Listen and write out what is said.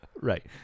Right